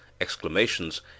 exclamations